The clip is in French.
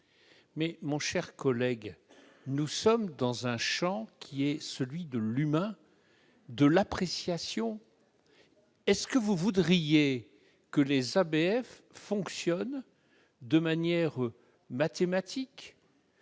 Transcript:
Mon cher collègue, nous sommes dans un champ qui est celui de l'humain, de l'appréciation. Voudriez-vous que les ABF fonctionnent de manière mathématique,